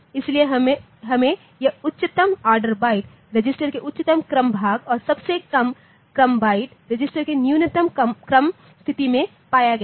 इसलिए हमें यह उच्चतम ऑर्डर बाइट रजिस्टर के उच्चतम क्रम भाग और सबसे कम क्रम बाइट रजिस्टर के निम्नतम क्रम स्थिति में पाया गया है